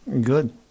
Good